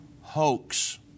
hoax